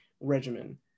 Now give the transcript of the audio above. regimen